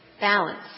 balance